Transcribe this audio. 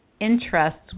interests